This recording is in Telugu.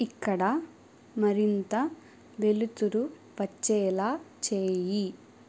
ఇక్కడ మరింత వెలుతురు వచ్చేలా చేయి